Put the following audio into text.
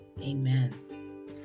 amen